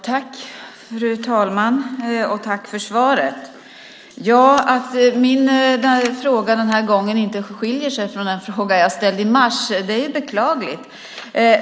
Fru talman! Tack för svaret! Att min fråga den här gången inte skiljer sig från den fråga jag ställde i mars är beklagligt.